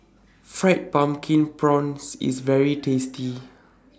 Fried Pumpkin Prawns IS very tasty